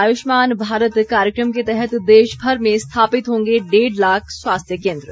आयुष्मान भारत कार्यक्रम के तहत देश भर में स्थापित होंगे डेढ़ लाख स्वास्थ्य केन्द्र